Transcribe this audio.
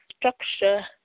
structure